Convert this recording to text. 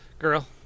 Girl